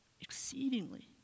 exceedingly